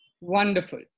Wonderful